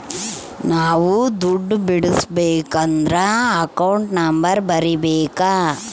ನಾವ್ ದುಡ್ಡು ಬಿಡ್ಸ್ಕೊಬೇಕದ್ರ ಅಕೌಂಟ್ ನಂಬರ್ ಬರೀಬೇಕು